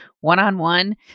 one-on-one